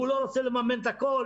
הוא לא רוצה לממן את הכול?